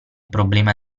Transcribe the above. problema